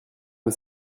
aux